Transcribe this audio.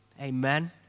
Amen